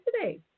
today